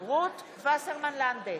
או רישיון לנשק,